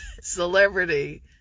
celebrity